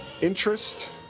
interest